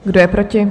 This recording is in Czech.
Kdo je proti?